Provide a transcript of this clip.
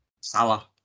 Salah